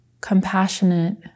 compassionate